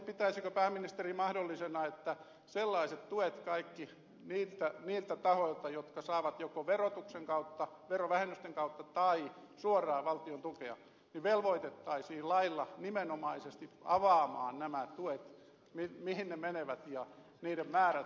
pitäisikö pääministeri mahdollisena että kaikki sellaiset tahot jotka saavat joko verotuksen kautta verovähennysten kautta tai suoraan valtion tukea velvoitettaisiin lailla nimenomaisesti avaamaan nämä tuet mihin ne menevät ja niiden määrät